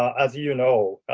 as you know,